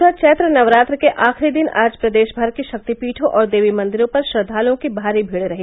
उधर चैत्र नवरात्र के आखिरी दिन आज प्रदेश भर के शक्तिपीठों और देवी मंदिरों पर श्रद्वालुओं की भारी भीड़ रही